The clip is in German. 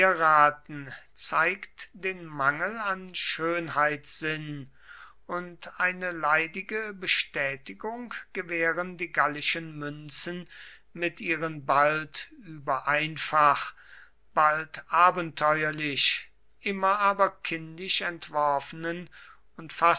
zieraten zeigt den mangel an schönheitssinn und eine leidige bestätigung gewähren die gallischen münzen mit ihren bald übereinfach bald abenteuerlich immer aber kindisch entworfenen und